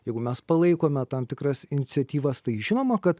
jeigu mes palaikome tam tikras iniciatyvas tai žinoma kad